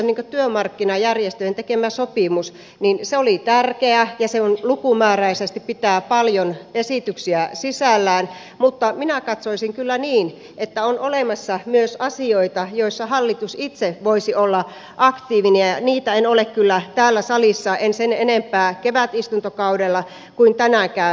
minusta työmarkkinajärjestöjen tekemä sopimus oli tärkeä ja se pitää lukumääräisesti paljon esityksiä sisällään mutta minä katsoisin kyllä niin että on olemassa myös asioita joissa hallitus itse voisi olla aktiivinen ja niistä en ole kyllä täällä salissa sen enempää kevätistuntokaudella kuin tänäänkään kuullut